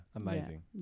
Amazing